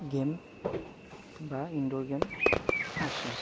game বা indoor game আছে